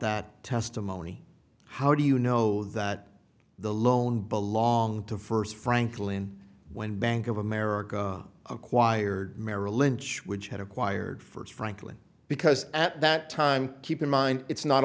that testimony how do you know that the loan belonged to first franklin when bank of america acquired merrill lynch which had acquired first franklin because at that time keep in mind it's not